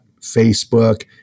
Facebook